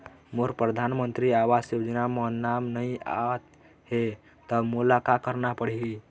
मोर परधानमंतरी आवास योजना म नाम नई आत हे त मोला का करना पड़ही?